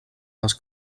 les